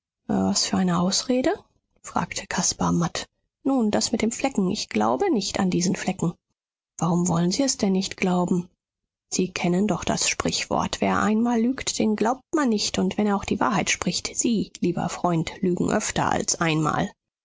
was für eine ausrede fragte caspar matt nun das mit dem flecken ich glaube nicht an diesen flecken warum wollen sie es denn nicht glauben sie kennen doch das sprichwort wer einmal lügt dem glaubt man nicht und wenn er auch die wahrheit spricht sie lieber freund lügen öfter als einmal